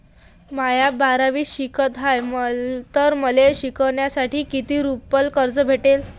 म्या बारावीत शिकत हाय तर मले शिकासाठी किती रुपयान कर्ज भेटन?